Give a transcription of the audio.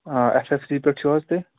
S F C پیٚٹھ چھِو حظ تُہۍ